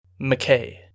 McKay